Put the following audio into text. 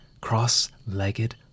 cross-legged